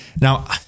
Now